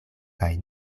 kaj